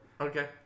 Okay